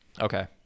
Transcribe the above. Okay